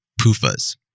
PUFAs